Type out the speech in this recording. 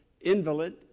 invalid